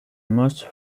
most